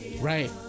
Right